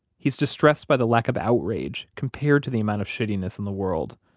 he's distressed by the lack of outrage compared to the amount of shittiness in the world.